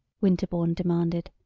winterbourne demanded.